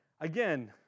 again